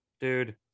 dude